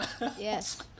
Yes